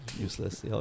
useless